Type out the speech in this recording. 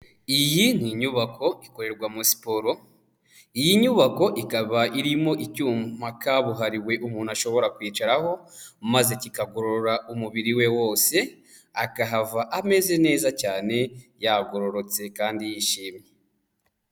Iyi ni inyubako ikorerwa muri siporo, iyi nyubako ikaba irimo icyuma kabuhariwe umuntu ashobora kwicaraho maze kikagorora umubiri we wose, akahava ameze neza cyane yagororotse kandi yishimye.